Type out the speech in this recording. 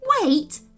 Wait